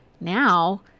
now